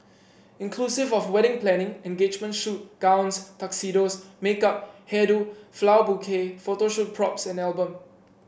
inclusive of wedding planning engagement shoot gowns tuxedos makeup hair do flower bouquet photo shoot props and album